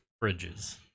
bridges